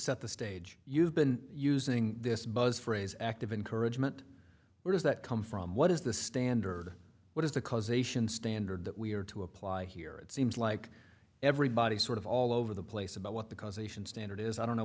set the stage you've been using this buzz phrase active encouragement where does that come from what is the standard what is the causation standard that we are to apply here it seems like everybody's sort of all over the place about what the causation standard is i don't know